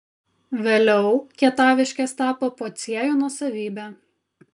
vėliau kietaviškės tapo pociejų nuosavybe